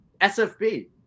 SFB